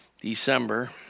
December